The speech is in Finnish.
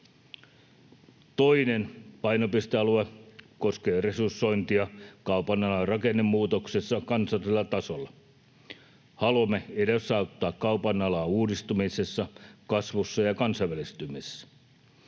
Toinen painopistealue koskee resursointia kaupan alan rakennemuutoksessa kansallisella tasolla. Haluamme edesauttaa kaupan alaa uudistumisessa, kasvussa ja kansainvälistymisessä.